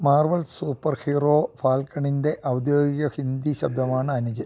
Marvel super hero ഫാൽക്കണിൻ്റെ ഔദ്യോഗിക ഹിന്ദി ശബ്ദമാണ് അനുജ്